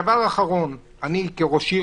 אני כראש עיר